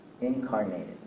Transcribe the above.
incarnated